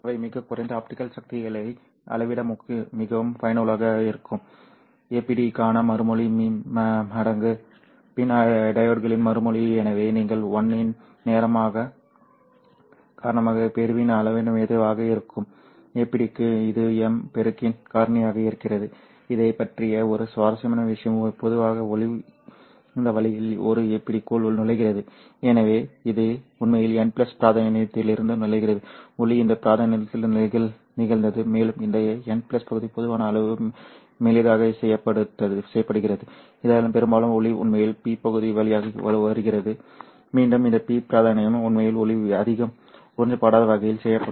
ஆனால் அவை மிகக் குறைந்த ஆப்டிகல் சக்திகளை அளவிட மிகவும் பயனுள்ளதாக இருக்கும் APD க்கான மறுமொழி மீ மடங்கு பின் டையோட்களின் மறுமொழி எனவே நீங்கள் 1 இன் நேரான காரணியாக பெறும் அளவு எதுவாக இருந்தாலும் APD க்கு இது m பெருக்கத்தின் காரணியாகிறது சரி இதைப் பற்றிய ஒரு சுவாரஸ்யமான விஷயம் பொதுவாக ஒளி இந்த வழியில் ஒரு APD க்குள் நுழைகிறது எனவே இது உண்மையில் n பிராந்தியத்திலிருந்து நுழைகிறது ஒளி இந்த பிராந்தியத்திலிருந்து நிகழ்ந்தது மேலும் இந்த n பகுதி போதுமான அளவு மெல்லியதாக செய்யப்படுகிறது இதனால் பெரும்பாலான ஒளி உண்மையில் P பகுதி வழியாக வருகிறது மீண்டும் இந்த P பிராந்தியமும் உண்மையில் ஒளி அதிகம் உறிஞ்சப்படாத வகையில் செய்யப்படும்